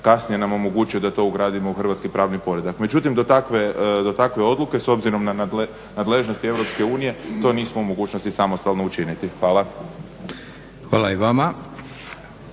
kasnije nam omogućio da to ugradimo u hrvatski pravni poredak. Međutim, do takve odluke s obzirom na nadležnosti Europske unije to nismo u mogućnosti samostalno učiniti. Hvala. **Leko, Josip